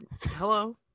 hello